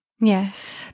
Yes